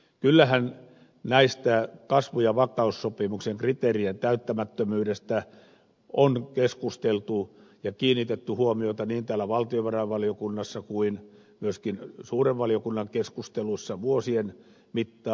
kyllähän näiden kasvu ja vakaussopimuksen kriteerien täyttämättömyydestä on keskusteltu ja kiinnitetty näihin huomiota niin valtiovarainvaliokunnassa kuin myöskin suuren valiokunnan keskusteluissa vuosien mittaan